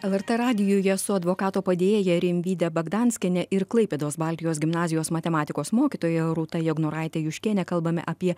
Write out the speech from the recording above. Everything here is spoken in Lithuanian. lrt radijuje su advokato padėjėja rimvyde bagdanskiene ir klaipėdos baltijos gimnazijos matematikos mokytoja rūta jagnoraite juškiene kalbame apie